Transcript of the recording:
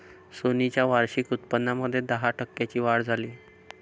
Sony च्या वार्षिक उत्पन्नामध्ये दहा टक्क्यांची वाढ झाली